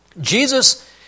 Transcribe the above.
Jesus